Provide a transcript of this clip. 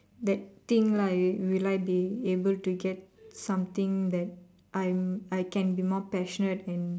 that thing lah will I be able to get something that I'm I can be more passionate and